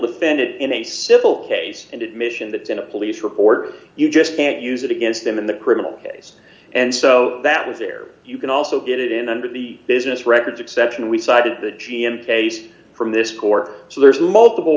defendant in a civil case and admission that in a police report you just can't use that against them in the criminal case and so that is there you can also get in under the business records exception we cited the g m case from this core so there's multiple